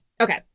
Okay